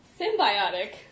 symbiotic